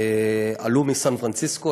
עלו מסן פרנסיסקו.